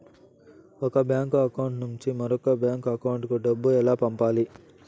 ఒక bank account నుంచి మరొక బ్యాంకు అకౌంట్ కు డబ్బు ఎలా పంపాలి